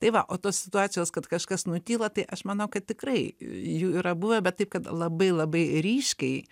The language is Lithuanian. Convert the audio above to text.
tai va o tos situacijos kad kažkas nutyla tai aš manau kad tikrai jų yra buvę bet taip kad labai labai ryškiai